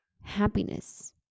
happiness